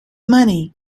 money